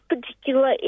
particular